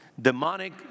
demonic